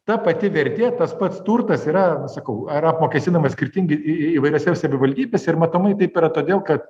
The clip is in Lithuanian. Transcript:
ta pati vertė tas pats turtas yra sakau ar apmokestinamas skirtingai įvairiose savivaldybėse ir matomai taip yra todėl kad